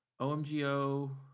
OMGO